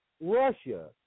Russia